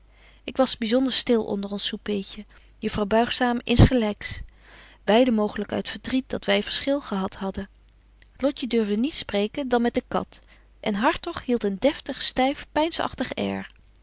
ik was byzonder stil onder ons soupéetje juffrouw buigzaam insgelyks beide mooglyk uit verdriet dat wy verschil gehad hadden lotje durfde niet spreken dan met de kat en hartog hieldt een deftig styf peinsagtig air